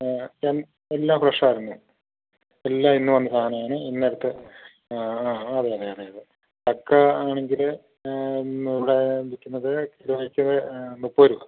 ആ എൽ എല്ലാം ഫ്രഷ് ആയിരുന്നു എല്ലാം ഇന്നു വന്ന സാധനമാണ് ഇന്നലത്തെ ആ ആ അതേ അതേ ചക്ക ആണെങ്കിൽ ഇവിടെ വിൽക്കുന്നത് കിലോയ്ക്ക് മുപ്പത് രൂപ